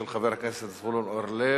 של חבר הכנסת זבולון אורלב.